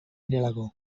direlako